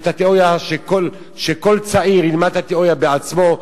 שכל צעיר ילמד את התיאוריה בעצמו,